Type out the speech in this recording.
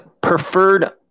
preferred